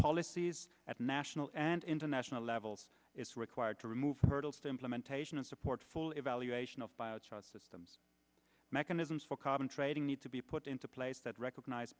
policies at national and international levels it's required to remove hurdles to implementation and support full evaluation of bio systems mechanisms for carbon trading need to be put into place that recognize